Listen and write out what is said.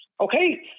Okay